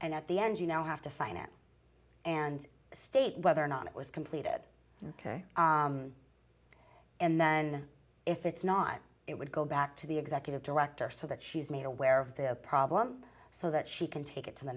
and at the end you now have to sign it and state whether or not it was completed ok and then if it's not it would go back to the executive director so that she's made aware of the problem so that she can take it to the